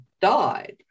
died